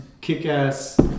kick-ass